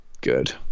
Good